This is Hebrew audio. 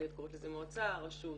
אני עוד קוראת לזה מועצה לרשות.